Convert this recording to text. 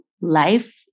life